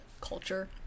culture